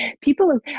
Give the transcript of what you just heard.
people